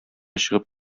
чыгып